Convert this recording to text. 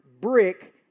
brick